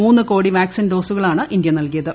മൂന്ന് കോടി വാക്സിൻ ഡോസുകളാണ് ഇന്ത്യ നൽകിയത്